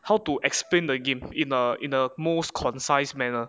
how to explain the game in a in a most concise manner